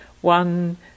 one